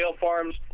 Farms